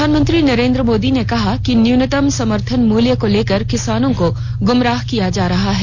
प्रधानमंत्री नरेंद्र मोदी ने कहा कि न्यूनतम समर्थन मूल्य को लेकर किसानों को गुमराह किया जा रहा है